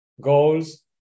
goals